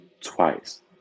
twice